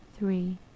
Three